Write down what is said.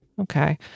Okay